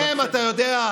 הם, אתה יודע,